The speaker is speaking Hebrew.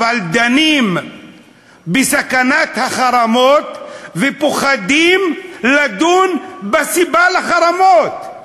אבל דנים בסכנת החרמות ופוחדים לדון בסיבה לחרמות.